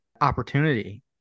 opportunity